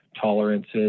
tolerances